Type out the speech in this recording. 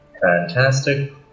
Fantastic